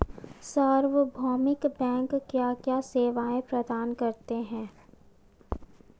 सार्वभौमिक बैंक क्या क्या सेवाएं प्रदान करते हैं?